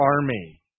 army